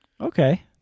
Okay